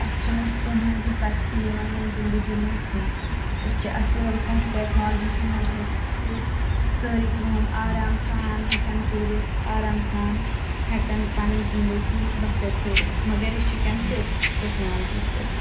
اَسہِ چھنہٕ کٕہٕنۍ تہِ سختِی یِوان وۄنۍ زِنٛدَگی منٛز کینٛہہ أسۍ چھ اَصل پٲٹھۍ ٹؠکنالجِی کہِ مدہس سٟتۍ سٲرٕے کٲم آرام سان ہؠکان کٔرِتھ آرام سان ہؠکان پَنٕنۍ زِنٛدَگی بَسَر کِٔرتھ مَگر یہِ چھ کَمہِ سۭتی ٹؠکنالجِی سۭتۍ